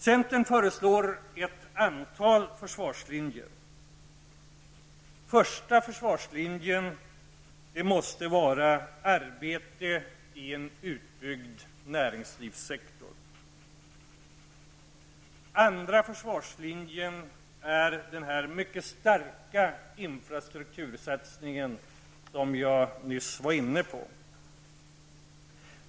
Centern föreslår ett antal försvarslinjer. Den första försvarslinjen måste vara arbete i en utbyggd näringslivssektor. Den andra försvarslinjen är den mycket starka infrastruktursatsningen som jag nyss var inne på.